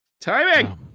Timing